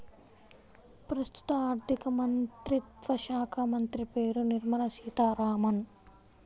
ప్రస్తుత ఆర్థికమంత్రిత్వ శాఖామంత్రి పేరు నిర్మల సీతారామన్